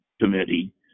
committee